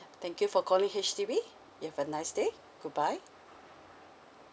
thank you for calling H_D_B you have a nice day goodbye